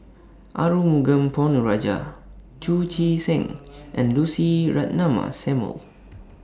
Arumugam Ponnu Rajah Chu Chee Seng and Lucy Ratnammah Samuel